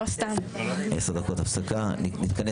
נתכנס